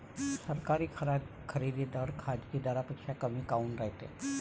सरकारी खरेदी दर खाजगी दरापेक्षा कमी काऊन रायते?